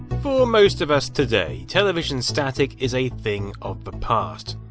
most of us today, television static is a thing of the past.